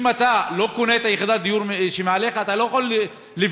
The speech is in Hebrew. אם אתה לא קונה את יחידת הדיור שמעליך אתה לא יכול לבנות,